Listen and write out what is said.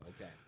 Okay